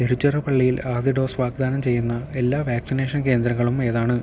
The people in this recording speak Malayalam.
തിരുച്ചിറപ്പള്ളിയിൽ ആദ്യ ഡോസ് വാഗ്ദാനം ചെയ്യുന്ന എല്ലാ വാക്സിനേഷൻ കേന്ദ്രങ്ങളും ഏതാണ്